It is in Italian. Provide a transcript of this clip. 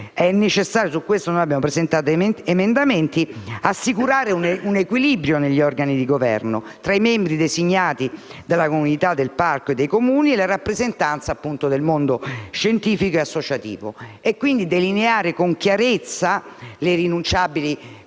è necessario - e abbiamo presentato alcuni emendamenti in merito - assicurare un equilibrio negli organi di governo tra i membri designati della comunità del parco e dei Comuni e la rappresentanza del mondo scientifico e associativo e, quindi, delineare con chiarezza le irrinunciabili competenze